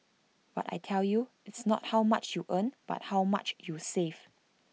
but I tell you it's not how much you earn but how much you save